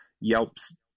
Yelp's